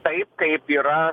taip kaip yra